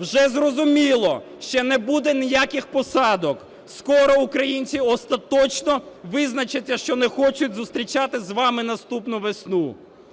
Вже зрозуміло, що не буде ніяких посадок, скоро українці остаточно визначаться, що не хочуть з вами зустрічати наступну весну.